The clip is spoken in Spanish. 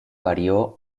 varió